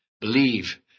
believe